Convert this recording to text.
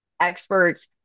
experts